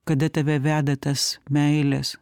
kada tave veda tas meilės